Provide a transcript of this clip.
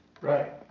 Right